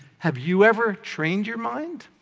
have you ever trained your mind?